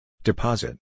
Deposit